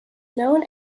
known